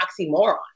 oxymoron